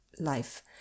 life